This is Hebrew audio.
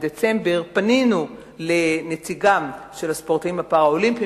בדצמבר פנינו אל נציגם של הספורטאים הפראלימפיים